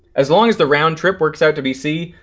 as long as the roundtrip works out to be c,